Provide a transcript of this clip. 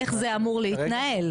איך זה אמור להתנהל?